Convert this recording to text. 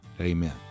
Amen